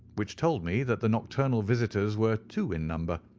which told me that the nocturnal visitors were two in number,